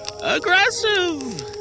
aggressive